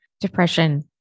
depression